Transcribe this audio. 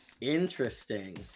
Interesting